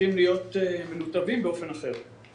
צריכים להיות מנותבים באופן אחר.